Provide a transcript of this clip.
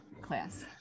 class